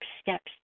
steps